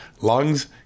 lungs